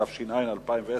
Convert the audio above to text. התש"ע 2010,